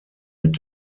mit